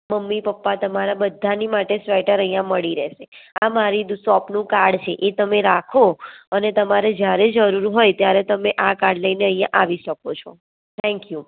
mummy papa તમારા બધાની માટે સ્વેટર અઈયાં મડી રેસે આ મારી શોપનું કાર્ડ છે એ તમે રાખો અને તમારે જ્યારે જરૂર હોય ત્યારે ત્યારે તમે આ કાર્ડ લઈને અઈયાં આવી સકો છો થેન્ક યૂ